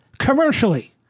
Commercially